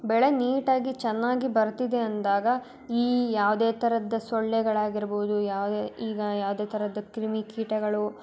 ಬೆಳೆ ನೀಟಾಗಿ ಚೆನ್ನಾಗಿ ಬರ್ತಿದೆ ಅಂದಾಗ ಈ ಯಾವುದೇ ಥರದ ಸೊಳ್ಳೆಗಳಾಗಿರ್ಬೌದು ಯಾವುದೇ ಈಗ ಯಾವುದೇ ಥರದ ಕ್ರಿಮಿಕೀಟಗಳು